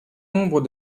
nombre